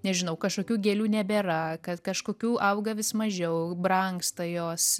nežinau kažkokių gėlių nebėra kad kažkokių auga vis mažiau brangsta jos